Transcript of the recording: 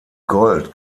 gold